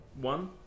One